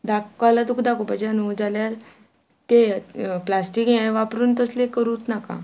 कला तुका दाखोवपाचे आसा न्हय जाल्यार ते प्लास्टीक हे वापरून तसले करूत नाका